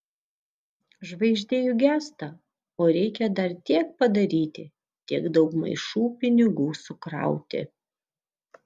žvaigždė juk gęsta o reikia dar tiek padaryti tiek daug maišų pinigų sukrauti